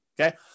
okay